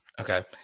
Okay